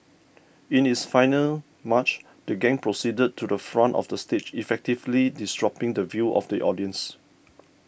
in its final march the gang proceeded to the front of the stage effectively disrupting the view of the audiences